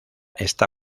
está